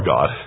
God